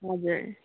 हजुर